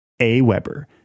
AWeber